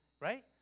right